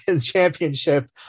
championship